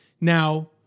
Now